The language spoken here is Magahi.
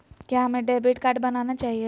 क्या हमें डेबिट कार्ड बनाना चाहिए?